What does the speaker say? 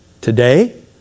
today